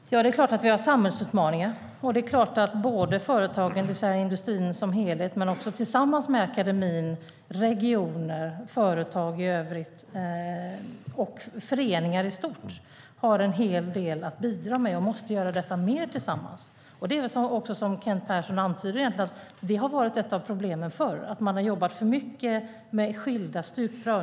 Herr talman! Det är klart att vi har samhällsutmaningar, och det är klart att företagen - det vill säga industrin som helhet, tillsammans med akademin, regioner, företag i övrigt och föreningar i stort - har en hel del att bidra med och måste göra detta mer tillsammans. Det är väl också som Kent Persson egentligen antyder, nämligen att ett av problemen förr har varit att man har jobbat för mycket med skilda stuprör.